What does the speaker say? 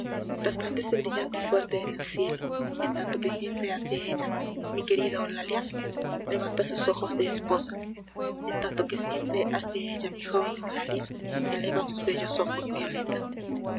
resplandece brillante y fuerte en el cielo en tanto que siempre hacia ella mi querida eulalia levanta sus ojos de esposa en tanto que siempre hacia ella mi joven eulalia eleva sus bellos ojos violetas